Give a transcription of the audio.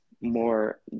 more